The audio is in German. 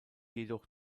jedoch